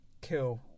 kill